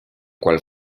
cuál